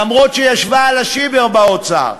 למרות שישבה על השיבר באוצר.